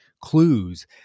clues